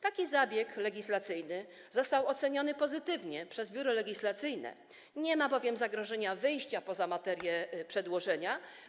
Taki zabieg legislacyjny został oceniony pozytywnie przez Biuro Legislacyjne, nie ma bowiem zagrożenia wyjściem poza materię przedłożenia.